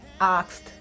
asked